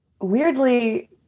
weirdly